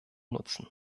nutzen